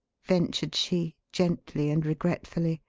ventured she, gently and regretfully.